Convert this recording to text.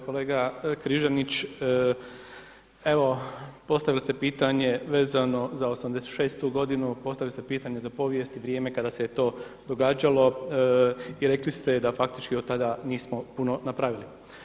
Kolega Križanić, evo, postavili ste pitanje vezano za '86. godinu, postavili ste pitanje za povijest i vrijeme kada se je to događalo i rekli ste da faktički od tada nismo puno napravili.